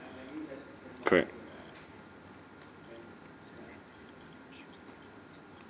correct